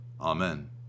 Amen